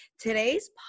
Today's